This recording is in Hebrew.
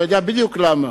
אתה יודע בדיוק למה.